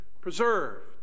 preserved